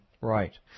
Right